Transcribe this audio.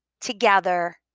Together